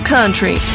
Country